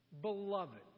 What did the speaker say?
Beloved